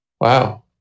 Wow